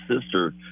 sister